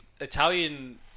Italian